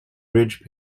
bridge